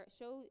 show